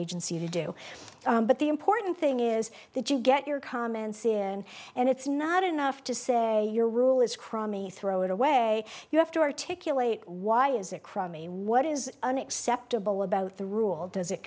agency to do but the important thing is that you get your comments in and it's not enough to say your rule is crummy throw it away you have to articulate why is it crummy what is unacceptable about the rule does it